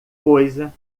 coisa